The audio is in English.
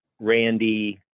Randy